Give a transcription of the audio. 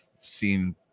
seen